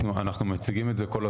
אנחנו נמצאים בשיח מתמיד